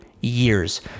years